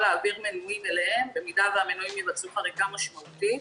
להעביר אליהם מנויים אם המנויים יבצעו חריגה משמעותית.